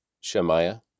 Shemaiah